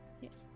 yes